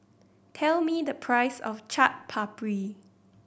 tell me the price of Chaat Papri